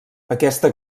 aquesta